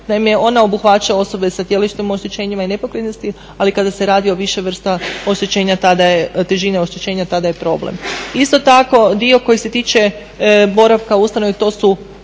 Naime, ona obuhvaća osobe sa tjelesnim oštećenjima i nepokretnosti, ali kada se radi o više vrsta oštećenja, težini oštećenja, tada je problem. Isto tako dio koji se tiče boravka u ustanovi, to su